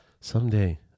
someday